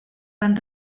van